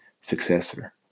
successor